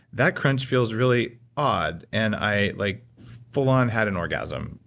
that crunch feels really odd, and i like full-on had an orgasm.